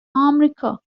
آمریکا